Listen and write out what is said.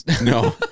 No